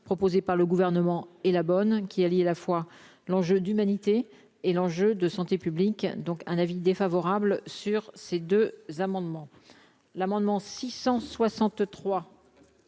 proposée par le gouvernement et la bonne qui allie à la fois l'enjeu d'humanité et l'enjeu de santé publique, donc un avis défavorable sur ces deux amendements l'amendement 663